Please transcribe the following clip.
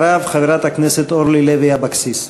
אחריו, חברת הכנסת אורלי לוי אבקסיס.